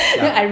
ya